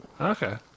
Okay